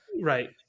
right